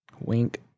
Wink